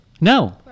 No